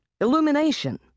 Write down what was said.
illumination